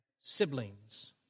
siblings